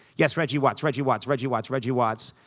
yes, reggie watts, reggie watts, reggie watts, reggie watts.